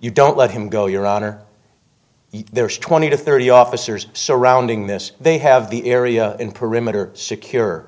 you don't let him go your honor there's twenty to thirty officers surrounding this they have the area in perimeter secure